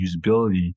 usability